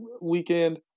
weekend